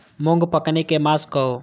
मूँग पकनी के मास कहू?